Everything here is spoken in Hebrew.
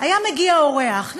היה מגיע לפה אורח,